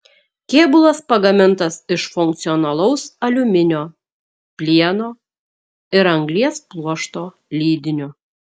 kėbulas pagamintas iš funkcionalaus aliuminio plieno ir anglies pluošto lydinio